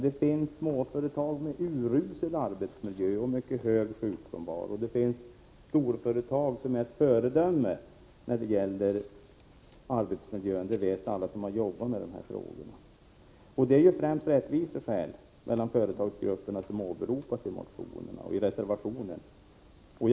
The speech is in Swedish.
Det finns småföretag med urusel arbetsmiljö och mycket hög sjukfrånvaro, och det finns storföretag som är ett föredöme när det gäller arbetsmiljön. Det vet alla som har arbetat med dessa frågor. Som skäl för kraven i motionerna och reservationen åberopas främst att man vill åstadkomma rättvisa mellan företagsgrupperna.